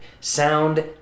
sound